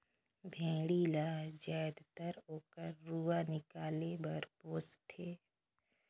भेड़ी ल जायदतर ओकर रूआ निकाले बर पोस थें